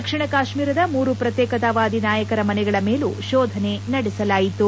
ದಕ್ಷಿಣ ಕಾಶ್ನೀರದ ಮೂರು ಪ್ರತ್ನೇಕತಾವಾದಿ ನಾಯಕರ ಮನೆಗಳ ಮೇಲೂ ಶೋಧನೆ ನಡೆಸಲಾಯಿತು